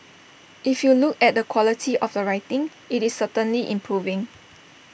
if you look at the quality of the writing IT is certainly improving